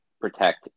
protect